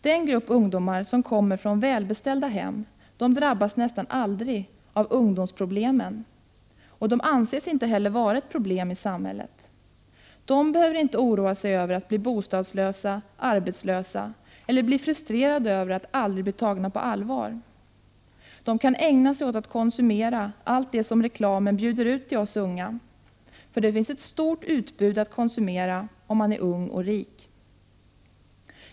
Den grupp ungdomar som kommer från välbeställda hem drabbas nästan aldrig av ”ungdomsproblemen” och anses heller inte vara ett problem i samhället. De behöver inte oroa sig över att bli bostadslösa, arbetslösa eller bli frustrerade över att aldrig bli tagna på allvar. De kan ägna sig åt att konsumera allt det som reklamen bjuder ut till oss unga. Det finns ett stort utbud att konsumera om man är ung och rik.